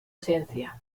esencia